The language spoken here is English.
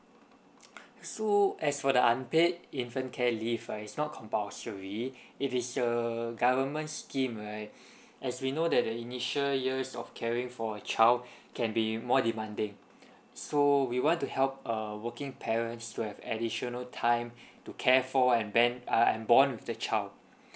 so as for the unpaid infant care leave right it's not compulsory it is the government scheme right as we know that the initial years of caring for a child can be more demanding so we want to help a working parents to have additional time to care for and bent and bond with the child